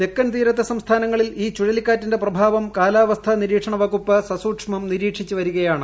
തെക്കൻ തീരത്തെ സംസ്ഥാനങ്ങളിൽ ഈ ചുഴ്ലിക്കാറ്റിന്റെ പ്രഭാവം കാലാവസ്ഥാ നിരീക്ഷണവകുപ്പ് സസൂക്ഷ്മം നിരീക്ഷിച്ച് വരികയാണ്